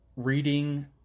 reading